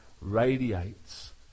radiates